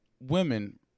women